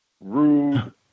Rude